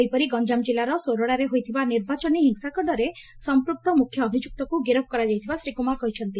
ସେହିପରି ଗଞ୍ଠାମ ଜିଲ୍ଗାର ସୋରଡ଼ାରେ ହୋଇଥିବା ନିର୍ବାଚନୀ ହିଂସାକାଣ୍ଡରେ ସମ୍ମକ୍ତ ମୁଖ୍ୟ ଅଭିଯୁକ୍ତକୁ ଗିରଫ କରାଯାଇଥିବା ଶ୍ରୀ କୁମାର କହିଛନ୍ତି